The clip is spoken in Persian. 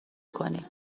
کنی